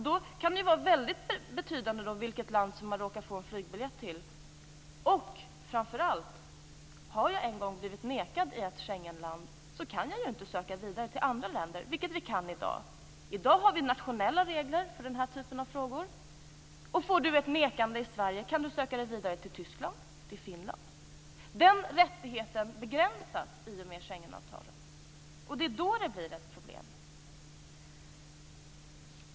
Då kan det vara väldigt betydande vilket land man har råkat få flygbiljett till. Och, framför allt, har jag en gång blivit nekad i ett Schengenland kan jag ju inte söka vidare till andra länder, vilket jag kan i dag. I dag har vi nationella regler för den här typen av frågor. Får man avslag i Sverige kan man söka sig vidare till Tyskland eller Finland. Den rättigheten begränsas i och med Schengenavtalet, och det är då det blir ett problem.